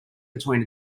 between